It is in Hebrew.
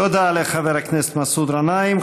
תודה לחבר הכנסת מסעוד גנאים.